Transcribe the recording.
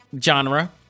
genre